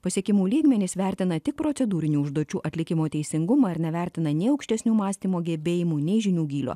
pasiekimų lygmenys vertina tik procedūrinių užduočių atlikimo teisingumą ir nevertina nei aukštesnių mąstymo gebėjimų nei žinių gylio